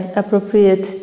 appropriate